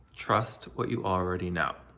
trust what you already know.